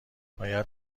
باید